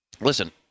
listen